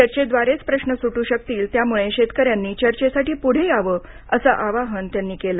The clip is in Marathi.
चर्चेद्वारेच प्रश्न सुटू शकतील त्यामुळे शेतकऱ्यांनी चर्चेसाठी पुढे यावं असं आवाहन त्यांनी केलं